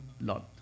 Lot